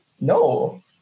No